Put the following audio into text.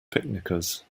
picnickers